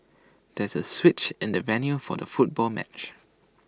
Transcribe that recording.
there was A switch in the venue for the football match